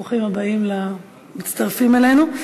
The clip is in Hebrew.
ברוכים הבאים למצטרפים אלינו.